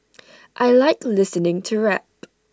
I Like listening to rap